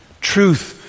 Truth